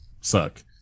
suck